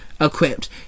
equipped